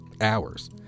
hours